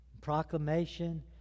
proclamation